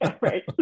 Right